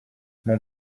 mon